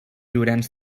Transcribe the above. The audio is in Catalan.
llorenç